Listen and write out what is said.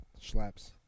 Schlaps